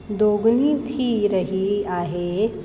दोगुनी थी रही आहे